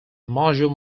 module